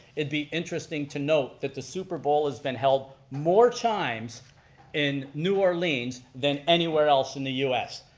it'd be interesting to note that the super bowl has been held more times in new orleans than anywhere else in the us.